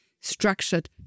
structured